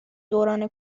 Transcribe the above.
دوران